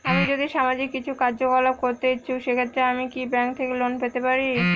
আমি যদি সামাজিক কিছু কার্যকলাপ করতে ইচ্ছুক সেক্ষেত্রে আমি কি ব্যাংক থেকে লোন পেতে পারি?